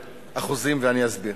באחוזים, ואני אסביר.